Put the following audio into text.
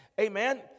Amen